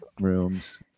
rooms